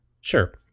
Sure